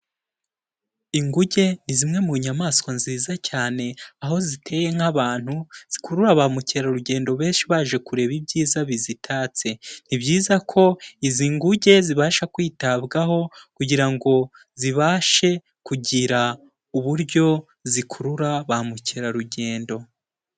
Inguge ni zimwe mu nyamaswa nziza cyane, aho ziteye nk'abantu, zikurura ba mukerarugendo benshi baje kureba ibyiza bizitatse, ni byiza ko izi nguge zibasha kwitabwaho kugira ngo zibashe kugira uburyo zikurura ba mukerarugendo.